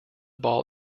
ball